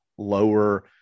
Lower